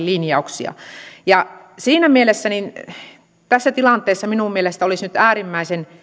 linjauksia siinä mielessä tässä tilanteessa minun mielestäni olisi nyt äärimmäisen